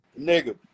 Nigga